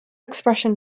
expression